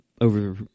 over